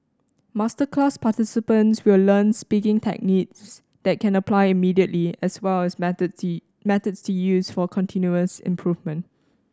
masterclass participants will learn speaking techniques they can apply immediately as well as methods methods to use for continuous improvement